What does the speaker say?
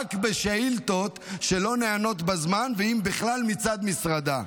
רק בשאילתות שלא נענות בזמן, אם בכלל, מצד משרדה.